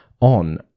on